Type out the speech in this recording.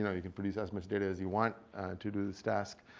you know you can produce as much data as you want to do this task.